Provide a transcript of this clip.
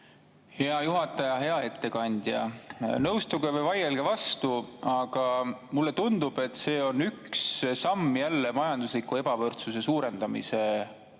Hea juhataja! Hea ettekandja! Nõustuge või vaielge vastu, aga mulle tundub, et see on jälle üks samm majandusliku ebavõrdsuse suurendamise suunas.